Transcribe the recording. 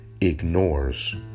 ignores